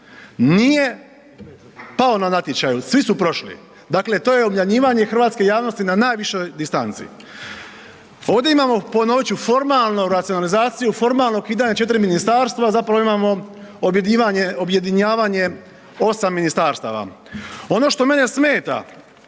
nije pao na natječaju, svi su prošli. Dakle, to je obmanjivanje hrvatske javnosti na najvišoj distanci. Ovdje imamo, ponovit ću formalno racionalizaciju, formalno ukidanje četiri ministarstva, a zapravo imamo objedinjavanje osam ministarstava. Ono što mene smeta